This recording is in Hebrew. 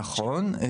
נכון.